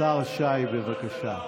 השר שי, בבקשה.